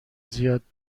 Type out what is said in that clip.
زیاد